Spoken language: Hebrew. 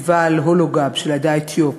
פסטיבל "הולגאב" של העדה האתיופית,